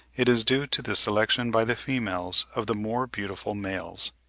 it is due to the selection by the females of the more beautiful males.